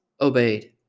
Obeyed